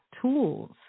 tools